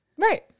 right